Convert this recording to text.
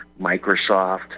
Microsoft